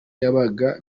yabaga